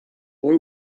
boy